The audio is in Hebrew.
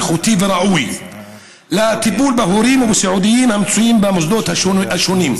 איכותי וראוי לטיפול בהורים ובסיעודיים המצויים במוסדות השונים.